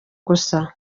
gusa